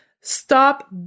stop